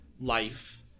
life